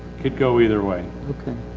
could go either way. okay.